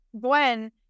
Gwen